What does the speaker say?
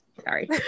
sorry